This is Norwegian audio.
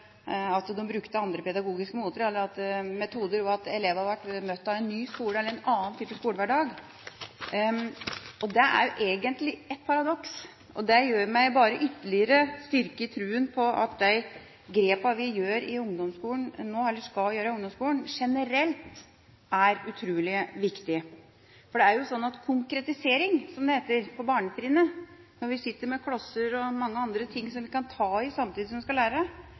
at de brukte andre pedagogiske måter og metoder, og at elevene ble møtt av en ny skole eller en annen type skolehverdag. Det er egentlig et paradoks. Det gjør meg egentlig bare ytterligere styrket i troen på at de grepene vi gjør nå – eller skal gjøre – i ungdomsskolen generelt, er utrolig viktig. For det er jo sånn at konkretisering, som det heter, på barnetrinnet – når vi sitter med klosser og mye annet samtidig som vi skal lære